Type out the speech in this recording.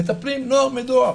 מטפלים נוער בנוער,